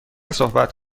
صحبت